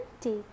take